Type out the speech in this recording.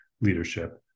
leadership